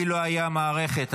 לי לא הייתה מערכת,